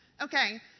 Okay